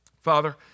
Father